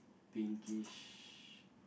pinkish